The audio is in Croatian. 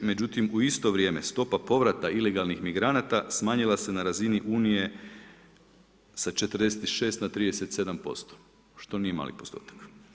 Međutim, u isto vrijeme stopa povrata ilegalnih migranta smanjila se na razini Unije sa 46 na 37%, što nije mali postotak.